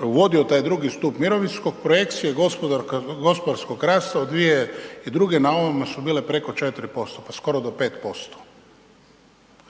uvidio taj II. stup mirovinskog, projekcije gospodarskog rasta u 2002. na ovima su bile preko 4% pa skoro do 5%.